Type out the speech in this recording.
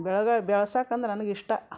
ಬೆಳ್ಗಳು ಬೆಳ್ಸಾಕಂದ್ರೆ ನನ್ಗೆ ಇಷ್ಟ